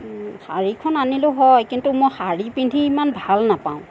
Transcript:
শাড়ীখন আনিলোঁ হয় কিন্তু মই শাড়ী পিন্ধি ইমান ভাল নাপাওঁ